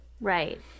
Right